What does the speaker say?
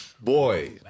boy